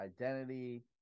identity